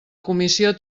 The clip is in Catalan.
comissió